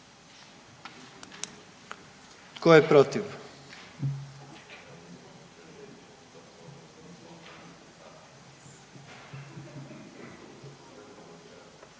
tko je protiv?